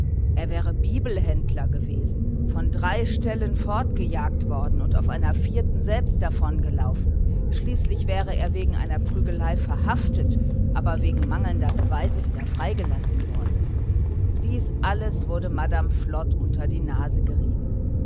er wäre bibelhändler gewesen von drei stellen fortgejagt worden und auf einer vierten selbst davongelaufen schließlich wäre er wegen einer prügelei verhaftet aber wegen mangelnder beweise wieder freigelassen worden dies alles wurde madame flod unter die nase gerieben